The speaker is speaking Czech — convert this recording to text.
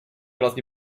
vlastní